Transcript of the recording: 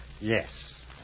Yes